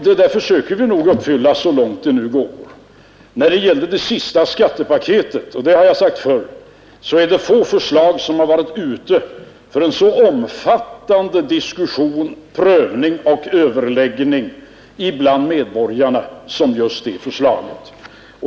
Det där försöker vi nog att uppfylla så långt det nu går. När det gällde det sista skattepaketet — jag har sagt det tidigare — är det få förslag som varit ute för en så omfattande diskussion, prövning och överläggning bland medborgarna som just det förslaget.